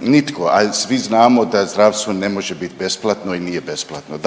nitko, a svi znamo da zdravstvo ne može biti besplatno i nije besplatno.